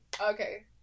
Okay